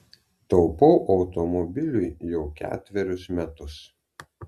taupau automobiliui jau ketverius metus